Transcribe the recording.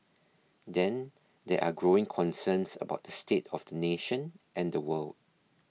then there are growing concerns about the state of the nation and the world